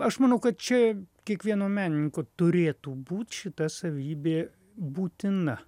aš manau kad čia kiekvieno menininko turėtų būt šita savybė būtina